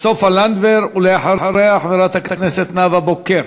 סופה לנדבר, ואחריה, חברת הכנסת נאוה בוקר.